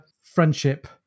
friendship